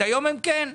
היום הם כן.